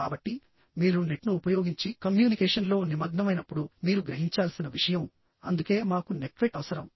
కాబట్టిమీరు నెట్ను ఉపయోగించి కమ్యూనికేషన్లో నిమగ్నమైనప్పుడు మీరు గ్రహించాల్సిన విషయంఅందుకే మాకు నెట్క్వెట్ అవసరం